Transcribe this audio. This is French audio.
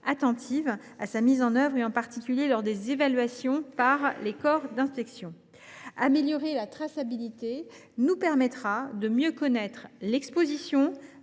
attentive à sa mise en œuvre, en particulier dans le cadre des évaluations par les corps d’inspection. Améliorer la traçabilité nous permettra de mieux connaître l’exposition